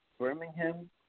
Birmingham